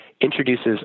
introduces